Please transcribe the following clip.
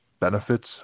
benefits